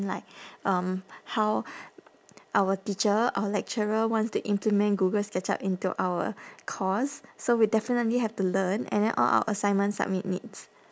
like um how our teacher or lecturer wants to implement google sketchup into our course so we definitely have to learn and then all our assignments submit needs